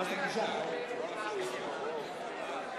גברתי היושבת-ראש,